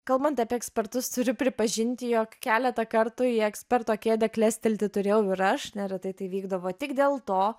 kalbant apie ekspertus turiu pripažinti jog keletą kartų į eksperto kėdę klestelti turėjau ir aš neretai tai vykdavo tik dėl to